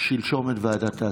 אתמול את ועדת ההסכמות.